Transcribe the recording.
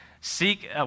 seek